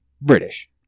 British